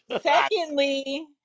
Secondly